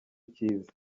icyiza